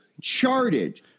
charted